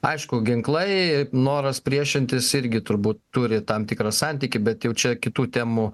aišku ginklai ir noras priešintis irgi turbūt turi tam tikrą santykį bet jau čia kitų temų